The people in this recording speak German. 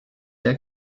der